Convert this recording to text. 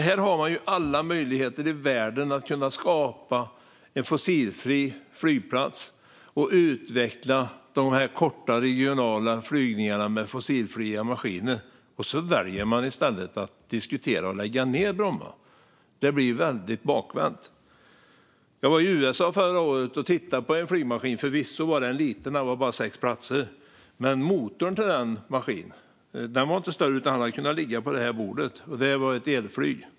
Här har man alla möjligheter i världen att skapa en fossilfri flygplats och utveckla de korta regionala flygningarna med fossilfria maskiner, och så väljer man i stället att diskutera att lägga ned Bromma. Det blir väldigt bakvänt. Jag var i USA förra året och tittade på en flygmaskin. Den var liten - det var bara sex platser. Motorn till den maskinen var inte större än att den hade kunnat ligga på bordet framför mig. Men det var ett elflyg.